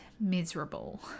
miserable